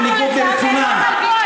בניגוד לרצונן,